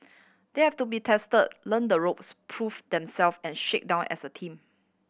they have to be test learn the ropes prove themself and shake down as a team